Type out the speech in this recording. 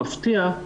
מפתיע,